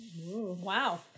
Wow